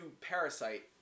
Parasite